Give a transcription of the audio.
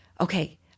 okay